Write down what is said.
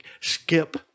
skip